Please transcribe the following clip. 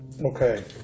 Okay